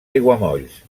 aiguamolls